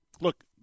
Look